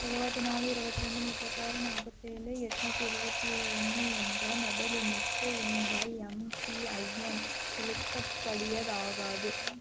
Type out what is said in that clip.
எழுவத்தினாலு இருபத்தி ரெண்டு முப்பத்தாறு நார்ப்பத்தேலு எட்நூற்றி எலுபத்தி ஒன்று என்ற மொபைல் எண்ணிற்கு உங்கள் எம்பிஐஎன் செலுத்தப்படியதாகாது